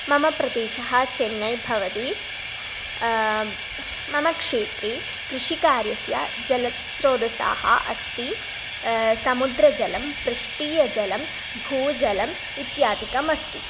मम प्रदेशः चेन्नै भवति मम क्षेत्रे कृषिकार्यस्य जलस्रोतः अस्ति समुद्रजलं पृष्टीयजलं भूजलम् इत्यादिकम् अस्ति